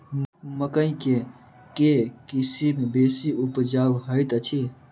मकई केँ के किसिम बेसी उपजाउ हएत अछि?